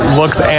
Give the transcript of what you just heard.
looked